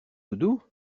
doudou